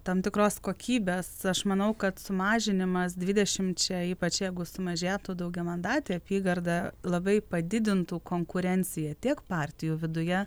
tam tikros kokybės aš manau kad sumažinimas dvidešimčia ypač jeigu sumažėtų daugiamandatė apygarda labai padidintų konkurenciją tiek partijų viduje